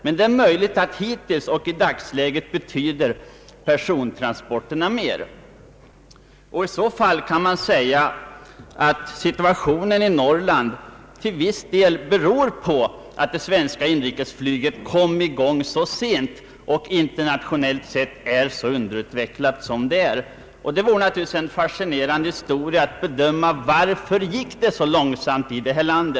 Men hittills och i dagsläget betyder persontransporterna möjligen mera. Till viss del beror situationen i Norrland på att det svenska inrikesflyget kom i gång så sent och internationellt sett är tämligen underutvecklat. Det vore naturligtvis fascinerande att utreda varför det gick så långsamt i detta land.